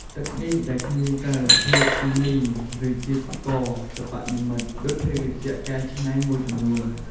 ទឹកនេះដែលគ្មានសារធាតុគីមី ឬជាតិស្ករសិប្បនិមិត្តដូចភេសជ្ជៈកែច្នៃមួយចំនួន។